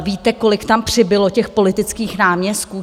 Víte, kolik tam přibylo těch politických náměstků?